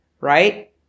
right